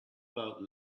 about